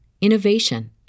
innovation